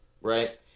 right